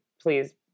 please